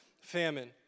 famine